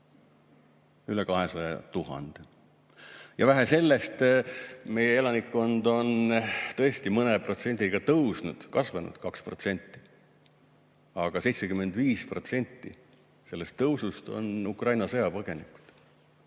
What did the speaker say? Üle 200 000! Ja vähe sellest. Meie elanikkond on tõesti mõne protsendi võrra kasvanud, kasvanud 2%. Aga 75% sellest tõusust on Ukraina sõjapõgenikud.